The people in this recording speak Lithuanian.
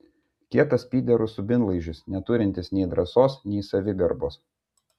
kietas pyderų subinlaižis neturintis nei drąsos nei savigarbos